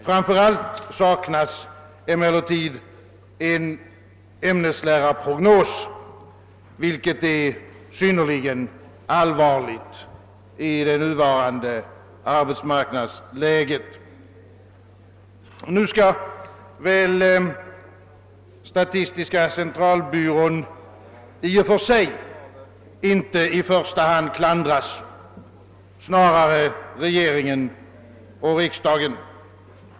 Framför allt saknas en ämneslärarprognos, vilket är synnerligen allvarligt i det nuvarande arbetsmarknadsläget. Nu skall väl inte i första hand statistiska centralbyrån klandras utan snarare regering och riksdag.